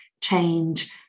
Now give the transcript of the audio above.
change